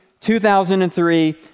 2003